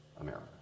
America